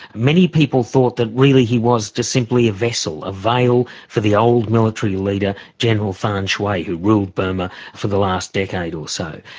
many people thought that really he was just simply a vessel, a veil for the old military leader general than shwe, ah who ruled burma for the last decade or so.